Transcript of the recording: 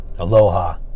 Aloha